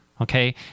Okay